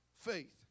faith